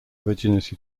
virginity